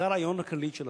זה הרעיון הכללי של התוכנית.